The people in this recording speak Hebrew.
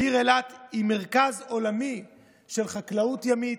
העיר אילת היא מרכז עולמי של חקלאות ימית,